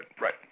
Right